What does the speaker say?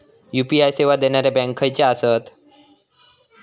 UPI सेवा देणारे bank खयचे आसत?